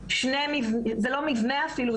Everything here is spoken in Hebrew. זה לא מבנה אפילו,